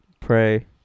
pray